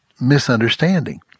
misunderstanding